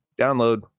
download